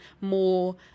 more